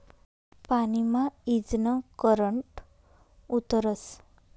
पानी मा ईजनं करंट उतरस